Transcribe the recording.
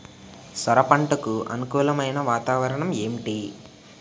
సొర పంటకు అనుకూలమైన వాతావరణం ఏంటి?